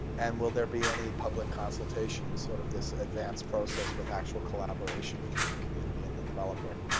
and will there be any public consultation, sort of this advanced process with actual collaboration between the community and the developer?